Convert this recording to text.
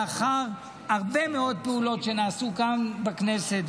לאחר הרבה מאוד פעולות שנעשו כאן בכנסת,